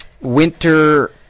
winter